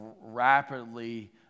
rapidly